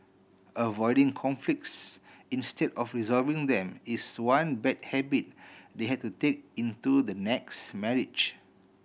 avoiding conflicts instead of resolving them is one bad habit they had to take into the next marriage